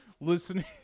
listening